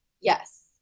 Yes